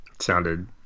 Sounded